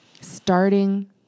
starting